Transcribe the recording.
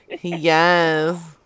Yes